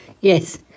yes